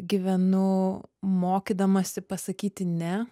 gyvenu mokydamasi pasakyti ne